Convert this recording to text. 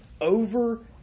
over